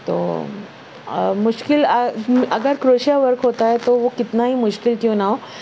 تو مشکل اگر کروشیا ورک ہوتا ہے تو وہ کتنا ہی مشکل کیوں نہ ہو